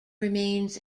remains